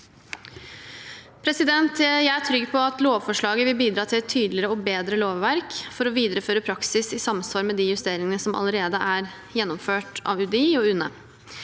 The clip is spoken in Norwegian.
Jeg er trygg på at lovforslaget vil bidra til et tydeligere og bedre lovverk for å videreføre praksis i samsvar med de justeringene som allerede er gjennomført av UDI og UNE.